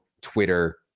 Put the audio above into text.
Twitter